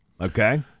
Okay